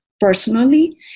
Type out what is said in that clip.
Personally